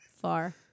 Far